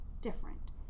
different